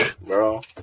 bro